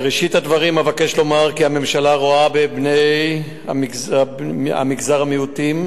בראשית הדברים אבקש לומר כי הממשלה רואה בבני מגזר המיעוטים